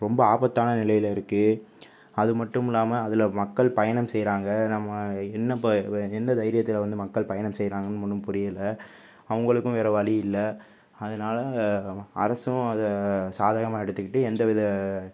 ரொம்ப ஆபத்தான நிலையில் இருக்குது அதுமட்டுமில்லாமல் அதில் மக்கள் பயணம் செய்கிறாங்க நம்ம என்ன இப்போ இது எந்த தைரியத்தில் வந்து மக்கள் பயணம் செய்கிறாங்கன்னு ஒன்றும் புரியல அவங்களுக்கும் வேறு வழியில்லை அதனால அரசும் அதை சாதகமாக எடுத்துக்கிட்டு எந்தவித